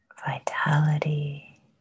Vitality